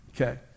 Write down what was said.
Okay